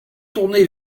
tourné